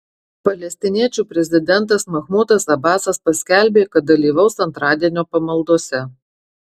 palestiniečių prezidentas mahmudas abasas paskelbė kad dalyvaus antradienio pamaldose